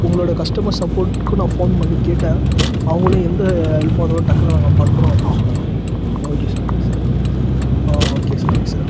உங்களோடய கஸ்டமர்ஸ் சப்போர்ட்டுக்கும் நான் ஃபோன் பண்ணி கேட்டேன் அவங்களும் எந்த ஹெல்பாக இருந்தாலும் டக்குனு நாங்கள் பண்ணுறோம் அப்படின்னு சொன்னாங்க okay sir okay sir okay sir okay sir